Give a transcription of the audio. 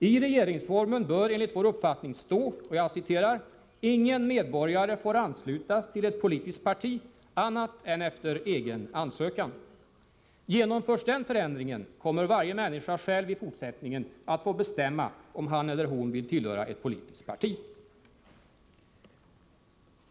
I regeringsformen bör enligt vår uppfattning stå: ”Ingen medborgare får anslutas till ett politiskt parti annat än efter egen ansökan.” Genomförs den förändringen kommer varje människa själv i fortsättningen att få bestämma om han eller hon vill tillhöra ett politiskt parti.